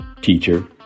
teacher